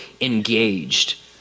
engaged